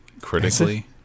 critically